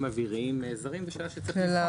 אוויריים זרים זו שאלה שצריך לבחון אותה,